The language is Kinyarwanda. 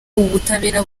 ubutabera